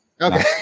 Okay